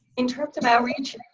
in terms of outreach,